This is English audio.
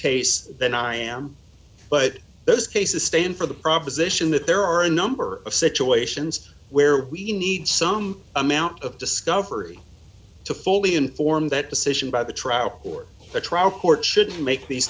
case than i am but those cases stand for the proposition that there are a number of situations where we need some amount of discovery to fully informed that decision by the trial court the trial court should make these